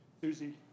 Susie